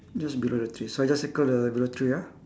just below the tree so I just circle the below tree ah